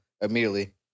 immediately